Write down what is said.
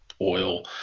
oil